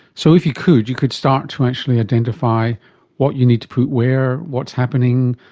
so if you could you could start to actually identify what you need to put where, what is happening,